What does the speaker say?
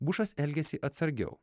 bušas elgiasi atsargiau